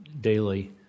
daily